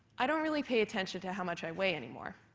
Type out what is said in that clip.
i don't really pay attention to how much i weigh anymore,